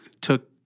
took